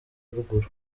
ruguru